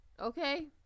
Okay